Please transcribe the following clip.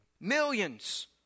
Millions